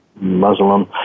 Muslim